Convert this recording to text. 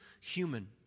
human